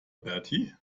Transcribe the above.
bertie